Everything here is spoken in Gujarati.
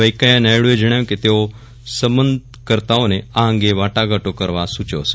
વૈંકેયા નાયડુએ જણાવ્યું કે તેઓ સંબંધકર્તાઓને આ અંગે વાટાઘાટો કરવા સૂચવશે